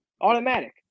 Automatic